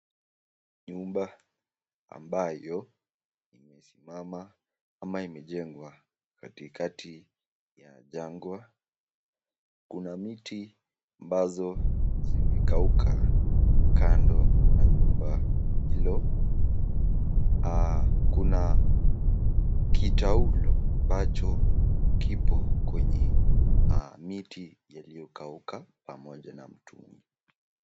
Nyumba ambayo imesimama ama imejengwa katikati ya jangwa. Kuna miti ambazo zimekauka kando ya nyumba hilo. Kuna kitaulo ambacho kipo kwenye miti yaliyokauka pamoja na mtungi.